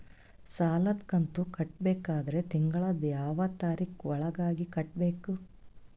ಸಾಲದ ಕಂತು ಕಟ್ಟಬೇಕಾದರ ತಿಂಗಳದ ಯಾವ ತಾರೀಖ ಒಳಗಾಗಿ ಕಟ್ಟಬೇಕು?